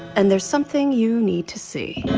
and there's something you need to see